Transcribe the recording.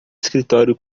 escritório